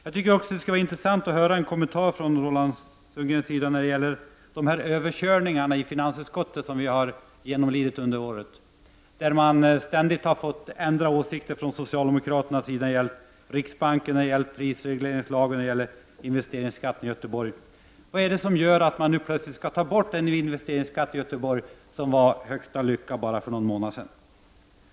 Jag tycker också att det skulle vara intressant att höra en kommentar från Roland Sundgren om de överkörningar i finansutskottet som vi har genomlidit under året, där socialdemokraterna ständigt har fått ändra åsikt. Det har gällt riksbanken, prisregleringslagen och investeringsskatten i Göteborg. Vad är det som gör att man nu plötsligt skall ta bort den nya investeringsskatten i Göteborg? Den var högsta lycka för bara någon månad sedan.